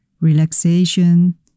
relaxation